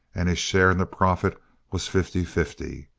and his share in the profit was fifty-fifty.